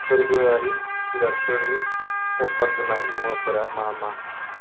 फोरबोआरि जिरादफोरनि अफार गोनां मुवाफोरा मा मा